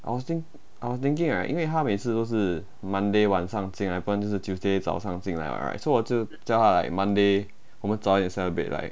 I was thing I was thinking right 因为她每次都是 monday 晚上进来不然就是 tuesday 早上进来 [what] right so 我就叫她 like monday 我们早一点 celebrate right